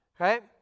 Right